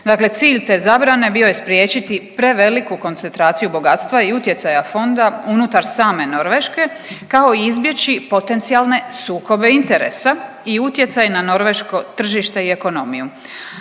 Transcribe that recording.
Dakle cilj te zabrane bio je spriječiti preveliku koncentraciju bogatstva i utjecaja fonda unutar same Norveške, kao i izbjeći potencijalne sukobe interesa i utjecaja na norveško tržište i ekonomiju.